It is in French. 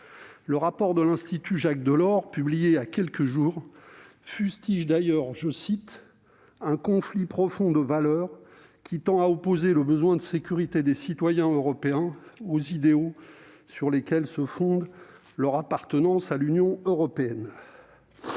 Un rapport de l'institut Jacques-Delors publié voilà quelques jours fustige d'ailleurs « un conflit profond de valeurs qui tend à opposer le besoin de sécurité des citoyens européens aux idéaux sur lesquels se fonde leur appartenance à l'Union européenne.